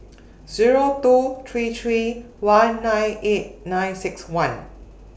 Zero two three three one nine eight nine six one